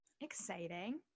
exciting